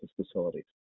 facilities